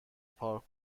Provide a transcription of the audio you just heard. پارک